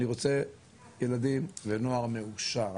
אני רוצה ילדים ונוער מאושר,